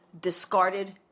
discarded